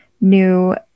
new